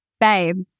Babe